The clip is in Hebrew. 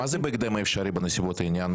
מה זה בהקדם האפשרי בנסיבות העניין?